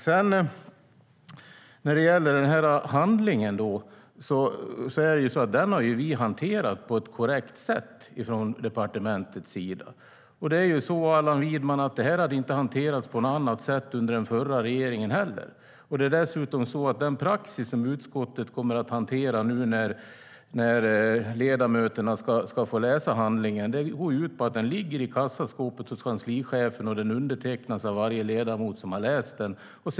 Sedan var det frågan om handlingen. Den har vi hanterat på ett korrekt sätt från departementets sida. Den hade inte hanterats, Allan Widman, på något annat sätt under den förra regeringen heller. Den praxis som utskottet ska hantera när ledamöterna ska få läsa handlingen går ut på att handlingen ligger i kassaskåpet hos kanslichefen och varje ledamot som läser handlingen undertecknar den.